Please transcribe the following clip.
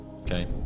Okay